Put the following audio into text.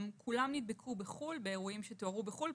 כולם נדבקו באירועים שתוארו בחו"ל,